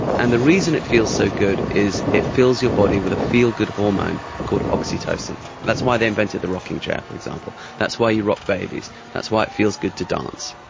and the reason it feels so good is it fills your body with a feel-good hormone called oxytocin. that's why they invented the rocking chair, for example, that's why you rock babies, that's why it feels good to dance.